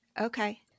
Okay